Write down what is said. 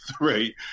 right